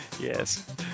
Yes